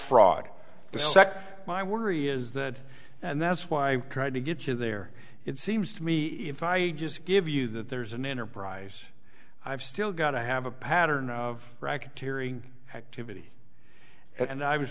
sec my worry is that and that's why i tried to get you there it seems to me if i just give you that there's an enterprise i've still got to have a pattern of racketeering activity and i was